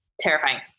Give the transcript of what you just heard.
terrifying